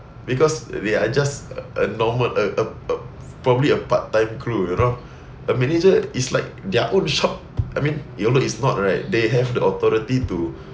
because they are just a normal a a probably a part-time crew you know a manager is like their own shop I mean you know it's not right they have the authority to